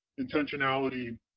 intentionality